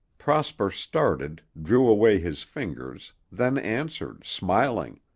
prosper started, drew away his fingers, then answered, smiling,